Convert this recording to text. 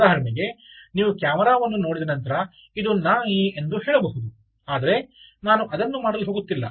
ಉದಾಹರಣೆಗೆ ನೀವು ಕ್ಯಾಮೆರಾ ವನ್ನು ನೋಡಿದ ನಂತರ "ಇದು ನಾಯಿ" ಎಂದು ಹೇಳಬಹುದು ಆದರೆ ನಾನು ಅದನ್ನು ಮಾಡಲು ಹೋಗುತ್ತಿಲ್ಲ